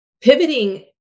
pivoting